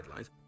guidelines